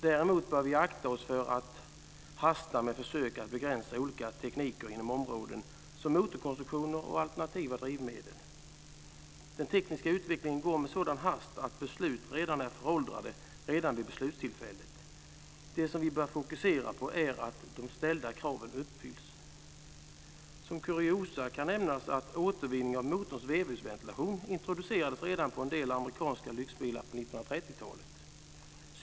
Däremot bör vi akta oss för att hasta med försök att begränsa olika tekniker inom områden som motorkonstruktioner och alternativa drivmedel. Den tekniska utvecklingen går med sådan hast att beslut redan är föråldrade vid beslutstillfället. Vi bör fokusera på att de ställda kraven uppfylls. Som kuriosa kan nämnas att återvinning av motorns vevhusventilation introducerades redan på en del amerikanska lyxbilar på 1930-talet.